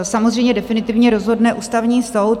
Samozřejmě definitivně rozhodne Ústavní soud.